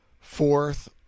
fourth